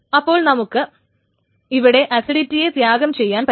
അപ്പോൾ ഇവിടെ അസിഡിറ്റിയെ ത്യാഗം ചെയ്യാൻ പറ്റും